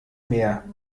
mehr